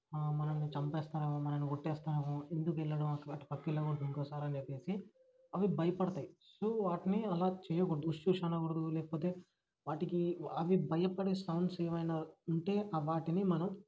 మనల్ని చంపేస్తారేమో మనల్ని కొట్టేస్తారేమో ఎందుకు వెళ్ళడం అటు పక్కకి వెళ్ళకూడదు ఇంకోసారని చెప్పి అవి భయపడతాయి సో వాటిని అలా చెయ్యకూడదు ఉష్ ఉష్ అనకూడదు లేకపోతే వాటికి అవే భయపడే సౌండ్స్ ఏమైనా ఉంటే ఆ వాటిని మనం